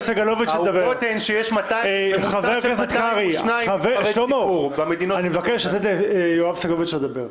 העובדות הן שיש --- אני מבקש לתת ליואב סגלוביץ' לדבר.